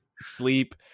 sleep